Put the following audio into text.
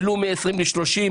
העלו מ-20 ל-30,